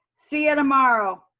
see you tomorrow.